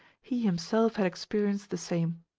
he himself had experienced the same.